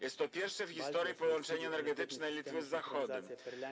Jest to pierwsze w historii połączenie energetyczne Litwy z Zachodem.